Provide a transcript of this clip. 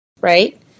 right